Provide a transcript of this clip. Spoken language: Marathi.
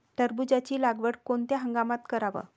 टरबूजाची लागवड कोनत्या हंगामात कराव?